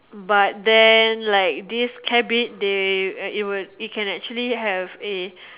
but then like this cabbit they it will it can actually have a